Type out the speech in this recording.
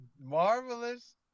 marvelous